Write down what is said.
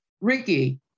Ricky